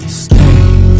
stay